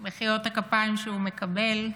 מחיאות הכפיים שהוא מקבל,